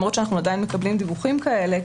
למרות שאנחנו עדיין מקבלים דיווחים כאלה,